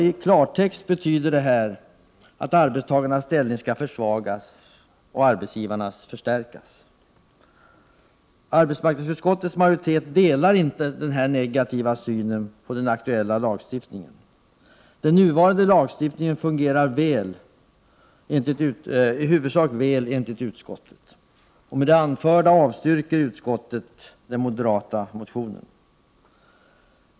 I klartext 95 betyder detta att arbetstagarnas ställning skall försvagas och arbetsgivarnas förstärkas. Arbetsmarknadsutskottets majoritet delar inte denna negativa syn på den aktuella lagstiftningen. Den nuvarande lagstiftningen fungerar enligt utskottet i huvudsak väl. Med det anförda avstyrker utskottet den moderata motionen.